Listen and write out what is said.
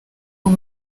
ubu